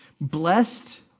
blessed